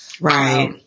Right